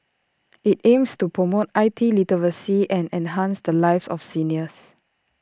IT aims to promote I T literacy and enhance the lives of seniors